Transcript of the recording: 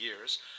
years